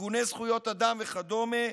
ארגוני זכויות אדם וכדומה.